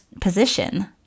position